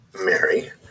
Mary